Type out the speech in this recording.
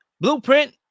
blueprint